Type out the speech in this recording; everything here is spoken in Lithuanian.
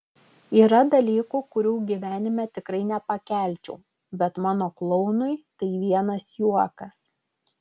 yra dalykų kurių gyvenime tikrai nepakelčiau bet mano klounui tai vienas juokas